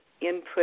input